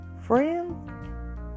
friends